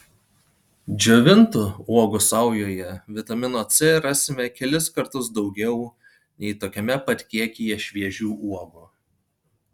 džiovintų uogų saujoje vitamino c rasime kelis kartus daugiau nei tokiame pat kiekyje šviežių uogų